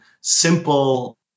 simple